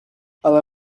але